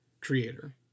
creator